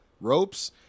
ropes